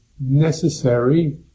necessary